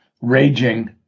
raging